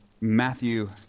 Matthew